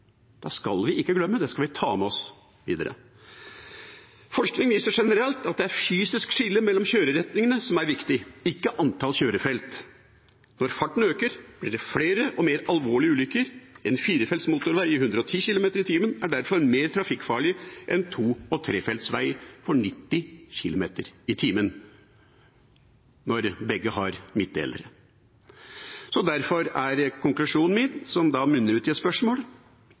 skal vi ikke glemme, det skal vi ta med oss videre. Forskning viser generelt at det er fysisk skille mellom kjøreretningene som er viktig, ikke antall kjørefelt. Når farten øker, blir det flere og mer alvorlige ulykker. En firefelts motorvei for 110 km/t er derfor mer trafikkfarlig enn en to- og trefeltsvei for 90 km/t, når begge har midtdeler. Derfor er konklusjonen min, som munner ut i et spørsmål: